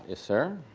ah sir.